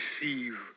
receive